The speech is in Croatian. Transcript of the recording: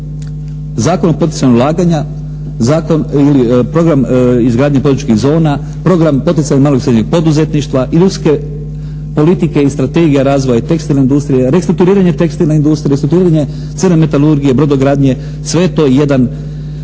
Zakon o poticanju ulaganja ili program izgradnje političkih zona, program poticanja malog i srednjeg poduzetništva, ljudske politike i strategije razvoja tekstilne industrije, restrukturiranja tekstilne industrije, restrukturiranje crne metalurgije, brodogradnje, sve je to jedan